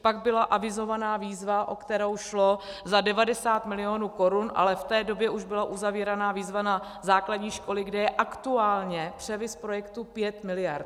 Pak byla avizována výzva, o kterou šlo, za 90 milionů korun, ale v té době už byla uzavírána výzva na základní školy, kde je aktuálně převis projektu 5 miliard.